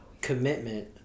commitment